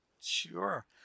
Sure